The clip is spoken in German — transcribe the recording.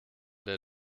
der